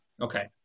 Okay